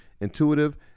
intuitive